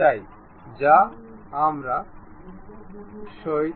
যথারীতি pitch 15 mm আমরা দিচ্ছি